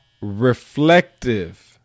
reflective